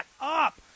up